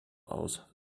aus